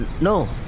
No